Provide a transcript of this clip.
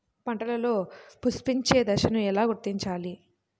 పంటలలో పుష్పించే దశను ఎలా గుర్తించాలి?